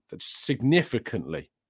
significantly